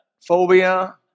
phobia